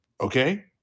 Okay